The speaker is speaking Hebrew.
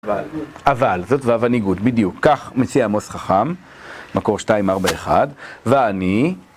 אבל, אבל, זאת וו הניגוד, בדיוק, כך מציע עמוס חכם, מקור 241, ואני